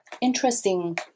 interesting